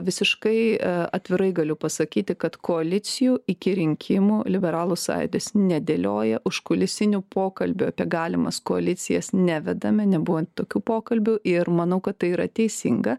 visiškai atvirai galiu pasakyti kad koalicijų iki rinkimų liberalų sąjūdis nedėlioja užkulisinių pokalbių apie galimas koalicijas nevedame nebuvo tokių pokalbių ir manau kad tai yra teisinga